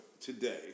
today